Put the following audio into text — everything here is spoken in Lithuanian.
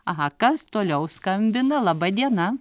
aha kas toliau skambina laba diena